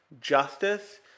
justice